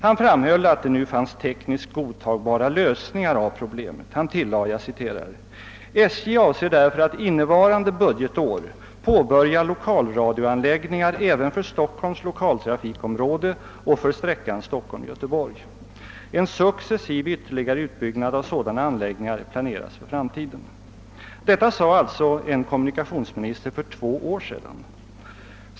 Han framhöll att det nu fanns tekniskt godtagbara lösningar av problemet. Han tillade: »SJ avser därför att innevarande budgetår påbörja lokalradioanläggningar även för Stockholms lokaltrafikområde och för sträckan Stockholm— Göteborg. En successiv ytterligare utbyggnad av sådana anläggningar planeras för framtiden.» Detta sade alltså en kommunikationsminister för två år sedan.